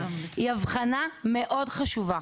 היא הבחנה מאוד חשובה.